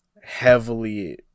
heavily